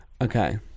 Okay